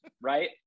right